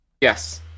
yes